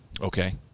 Okay